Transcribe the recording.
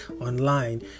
online